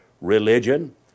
religion